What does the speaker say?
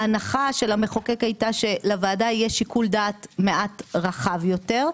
ההנחה של המחוקק הייתה שלוועדה יש שיקול דעת מעט רחב יותר,